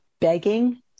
begging